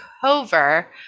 Cover